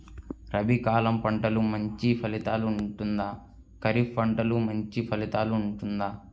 రబీ కాలం పంటలు మంచి ఫలితాలు ఉంటుందా? ఖరీఫ్ పంటలు మంచి ఫలితాలు ఉంటుందా?